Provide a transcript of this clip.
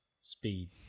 Speed